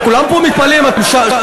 אם עם ישראל אתך, בוא נלך לעם.